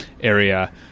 area